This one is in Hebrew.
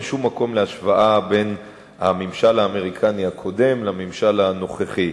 אין שום מקום להשוואה בין הממשל האמריקני הקודם לממשל הנוכחי,